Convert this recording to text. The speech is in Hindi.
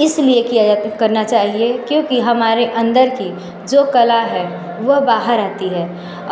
इस लिए किया जा करना चाहिए क्योंकि हमारे अंदर की जो कला है वो बाहर आती है